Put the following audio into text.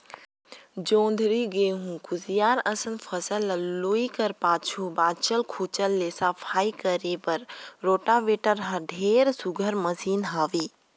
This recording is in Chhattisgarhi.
जोंधरी, गहूँ, कुसियार असन फसल ल लूए कर पाछू बाँचल खुचल ल सफई करे बर रोटावेटर हर ढेरे सुग्घर मसीन हवे